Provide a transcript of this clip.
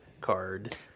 card